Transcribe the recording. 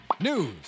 news